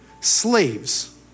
slaves